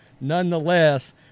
Nonetheless